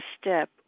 step